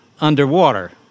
underwater